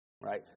right